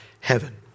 heaven